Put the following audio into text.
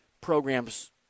programs